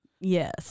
Yes